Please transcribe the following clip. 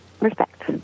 respect